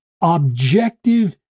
objective